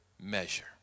measure